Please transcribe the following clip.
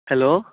hello